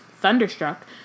thunderstruck